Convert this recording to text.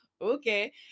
okay